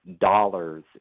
dollars